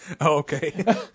Okay